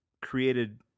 created